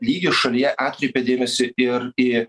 lygį šalyje atkreipė dėmesį ir į